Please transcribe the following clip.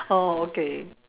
oh okay